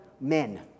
men